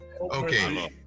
Okay